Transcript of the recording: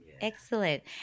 Excellent